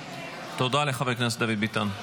תודה לחבר הכנסת דוד ביטן.